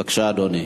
בבקשה, אדוני.